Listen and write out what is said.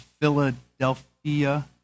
Philadelphia